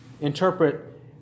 interpret